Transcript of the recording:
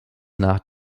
nach